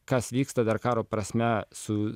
kas vyksta dar karo prasme su